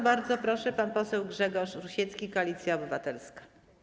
Bardzo proszę, pan poseł Grzegorz Rusiecki, Koalicja Obywatelska.